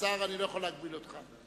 כשר אני לא יכול להגביל אותך,